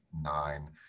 nine